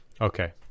Okay